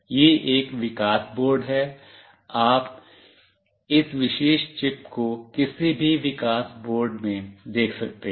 यह एक विकास बोर्ड है आप इस विशेष चिप को किसी भी विकास बोर्ड में देख सकते हैं